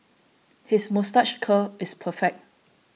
his moustache curl is perfect